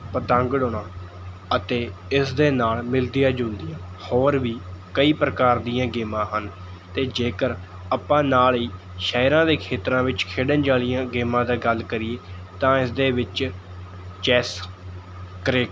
ਪਤੰਗ ਉਡਾਉਣਾ ਅਤੇ ਇਸਦੇ ਨਾਲ਼ ਮਿਲਦੀਆਂ ਜੁਲਦੀਆਂ ਹੋਰ ਵੀ ਕਈ ਪ੍ਰਕਾਰ ਦੀਆਂ ਗੇਮਾਂ ਹਨ ਅਤੇ ਜੇਕਰ ਆਪਾਂ ਨਾਲ਼ ਹੀ ਸ਼ਹਿਰਾਂ ਦੇ ਖੇਤਰਾਂ ਵਿੱਚ ਖੇਡਣ ਵਾਲ਼ੀਆਂ ਗੇਮਾਂ ਦਾ ਗੱਲ ਕਰੀਏ ਤਾਂ ਇਸਦੇ ਵਿੱਚ ਚੈੱਸ ਕ੍ਰਿਕਟ